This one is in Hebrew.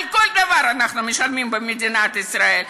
על כל דבר אנחנו משלמים במדינת ישראל.